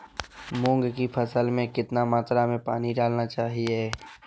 मूंग की फसल में कितना मात्रा में पानी डालना चाहिए?